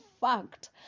fact